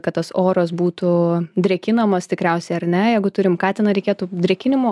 kad tas oras būtų drėkinamas tikriausiai ar ne jeigu turim katiną reikėtų drėkinimo